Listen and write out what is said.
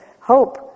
hope